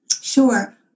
Sure